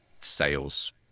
sales